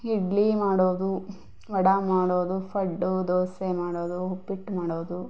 ಇಡ್ಲಿ ಮಾಡೋದು ವಡೆ ಮಾಡೋದು ಪಡ್ಡು ದೋಸೆ ಮಾಡೋದು ಉಪ್ಪಿಟ್ಟು ಮಾಡೋದು